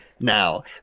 Now